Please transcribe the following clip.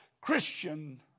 Christian